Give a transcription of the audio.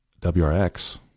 WRX